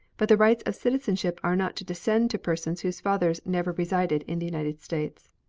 but the rights of citizenship are not to descend to persons whose fathers never resided in the united states.